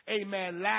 amen